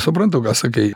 suprantu ką sakai